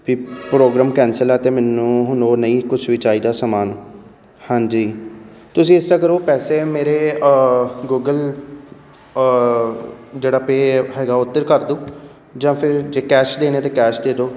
ਵੀ programme cancel ਹੈ ਅਤੇ ਮੈਨੂੰ ਹੁਣ ਉਹ ਨਹੀਂ ਕੁਛ ਵੀ ਚਾਹੀਦਾ ਸਮਾਨ ਹਾਂਜੀ ਤੁਸੀਂ ਇਸ ਤਰ੍ਹਾਂ ਕਰੋ ਪੈਸੇ ਮੇਰੇ ਗੂਗਲ ਜਿਹੜਾ ਪੇਅ ਹੈਗਾ ਉੱਧਰ ਕਰ ਦਿਉ ਜਾਂ ਫਿਰ ਜੇ ਕੈਸ਼ ਦੇਣੇ ਤਾਂ ਕੈਸ਼ ਦੇ ਦਿਉ